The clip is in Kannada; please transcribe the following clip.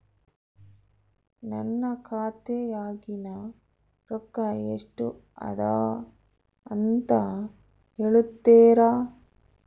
ನನ್ನ ಖಾತೆಯಾಗಿನ ರೊಕ್ಕ ಎಷ್ಟು ಅದಾ ಅಂತಾ ಹೇಳುತ್ತೇರಾ?